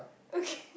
okay